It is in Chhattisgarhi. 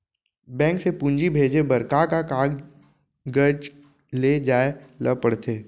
बैंक से पूंजी भेजे बर का का कागज ले जाये ल पड़थे?